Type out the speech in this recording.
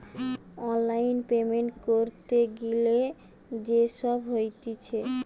online payment ক্যরতে গ্যালে যে সব হতিছে